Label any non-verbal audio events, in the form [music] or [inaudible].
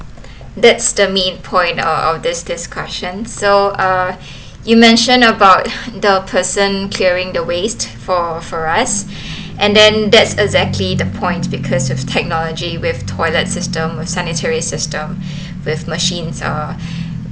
that's the main point o~ of this discussion so uh [breath] you mention about [breath] the person carrying the waste for for us [breath] and then that's exactly the point because of technology with toilet system with sanitary system [breath] with machines uh